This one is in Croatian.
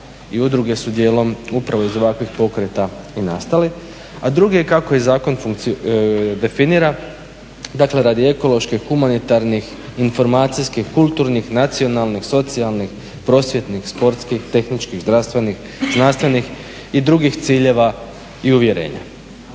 I udruge su djelom upravo iz ovakvih pokreta i nastale. A drugi je kako je zakon definiran. Dakle, radi ekoloških, humanitarnih, informacijskih, kulturnih, nacionalnih, socijalnih, prosvjetnih, sportskih, tehničkih, zdravstvenih, znanstvenih i drugih ciljeva i uvjerenja.